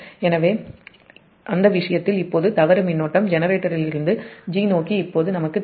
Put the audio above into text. எனவே அந்த விஷயத்தில் இப்போது தவறு மின்னோட்டம் ஜெனரேட்டரிலிருந்து 'g' நோக்கி இப்போது நமக்குத் தெரியும் Ia1 Ia2 Ia0